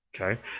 Okay